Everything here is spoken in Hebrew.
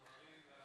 הכנסת.